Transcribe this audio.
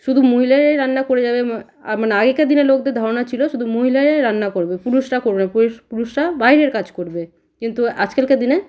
শুধু মহিলারাই রান্না করে যাবে আর মানে আগেকার দিনের লোকদের ধারণা ছিলো শুধু মহিলারাই রান্না করবে পুরুষরা করে না পুরুষ পুরুষরা বাইরের কাজ করবে কিন্তু আজকালকার দিনে